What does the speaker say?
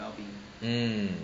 mm